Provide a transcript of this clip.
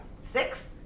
six